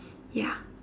ya